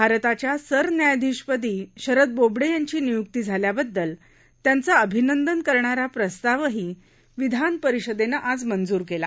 भारताच्या सरन्यायाधीशपदी शरद बोबडे यांची निय्क्ती झाल्याबद्दल त्यांचं अभिनंदन करणारा प्रस्तावही विधानपरिषदेनं आज मंज्र केला